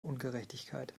ungerechtigkeit